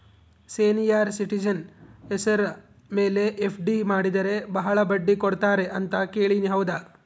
Senior citizen ಹೆಸರ ಮೇಲೆ FD ಮಾಡಿದರೆ ಬಹಳ ಬಡ್ಡಿ ಕೊಡ್ತಾರೆ ಅಂತಾ ಕೇಳಿನಿ ಹೌದಾ?